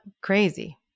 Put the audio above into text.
crazy